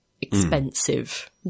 expensive